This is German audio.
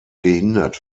gehindert